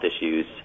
issues